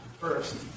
First